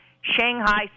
Shanghai